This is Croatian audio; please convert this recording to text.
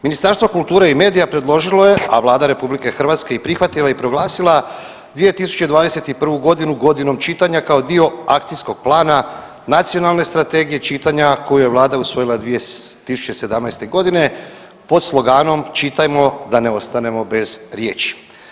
Ministarstvo kulture i medija predložilo je, a Vlada RH je prihvatila i proglasila 2021.g. godinom čitanja kao dio akcijskog plana Nacionalne strategije čitanja koju je vlada usvojila 2017.g. pod sloganom „Čitajmo da ne ostanemo bez riječi“